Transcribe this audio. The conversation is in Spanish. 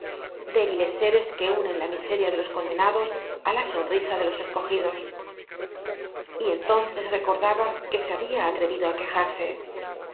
débiles seres que unen la miseria de los condenados á la sonrisa de los escogidos content from google book search generated at iy entonces recordaba que se habia atrevido á quejarse